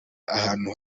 ahantu